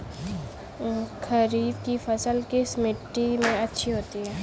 खरीफ की फसल किस मिट्टी में अच्छी होती है?